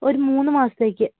ഒരു മൂന്ന് മാസത്തേക്ക്